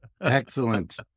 Excellent